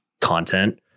content